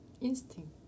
Instinct